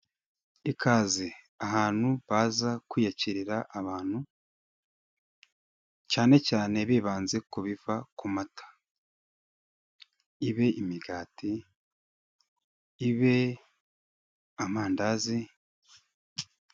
Ikaze, ahantu baza kwiyakirira abantu, cyane cyane bibanze ku bintu biva ku mata. Ibe imigati, ibe amandazi.